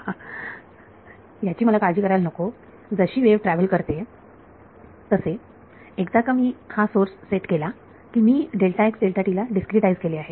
विद्यार्थी ह्याची मला काळजी करायला नको जशी वेव्ह ट्रॅव्हल करते तसे एकदा का मी माझा सोर्स सेट केला की मी ला डीस्क्रीटाइझ केले आहे